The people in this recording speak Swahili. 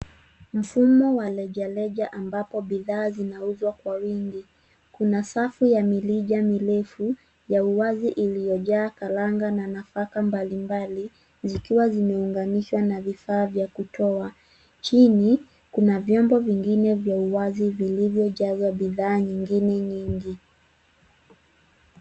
Mfumo wa rejareja ambapo bidhaa zinauzwa kwa wingi. Kuna safu ya mirija mirefu ya uwazi iliyojaa karanga na nafaka mbalimbali zikiwa zimeunganishwa na vifaa vya kutoa. Chini kuna vyombo vingine vya uwazi vilivyojazwa bidhaa nyingine nyingi.